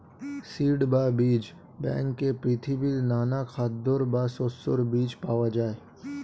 seed বা বীজ ব্যাংকে পৃথিবীর নানা খাদ্যের বা শস্যের বীজ পাওয়া যায়